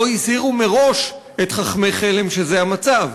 לא הזהירו מראש את חכמי חלם שזה המצב.